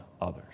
others